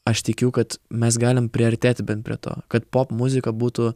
aš tikiu kad mes galim priartėti bent prie to kad popmuzika būtų